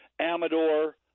Amador